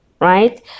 right